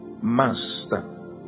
Master